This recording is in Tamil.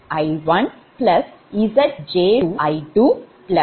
ZjjIj